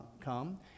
come